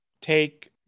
take